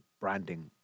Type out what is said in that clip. branding